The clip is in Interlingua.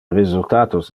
resultatos